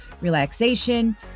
relaxation